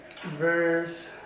verse